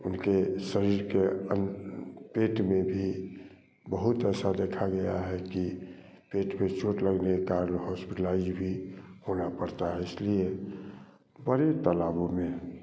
उनके शरीर के अन्य पेट में भी बहुत ऐसा देखा गया है कि पेट में चोट लगने के कारण हॉस्पिटलाइज भी होना पड़ता है इसलिए बड़े तालाबो में